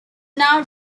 now